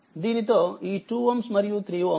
దీనితో ఈ2Ωమరియు3Ωసిరీస్లో ఉంటాయి